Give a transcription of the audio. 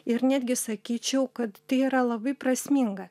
ir netgi sakyčiau kad tai yra labai prasminga